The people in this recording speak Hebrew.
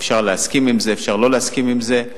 אפשר להסכים עם זה, אפשר לא להסכים עם זה.